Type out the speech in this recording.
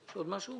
התקנות אושרו.